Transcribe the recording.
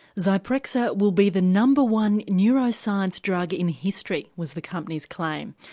zyprexa will be the number one neuroscience drug in history, was the company's claim.